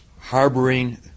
harboring